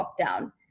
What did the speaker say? lockdown